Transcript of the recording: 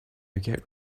get